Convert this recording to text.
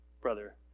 brother